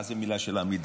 מה זה "מילה של עמידר"?